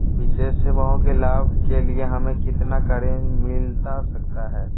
विशेष सेवाओं के लाभ के लिए हमें कितना का ऋण मिलता सकता है?